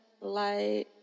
light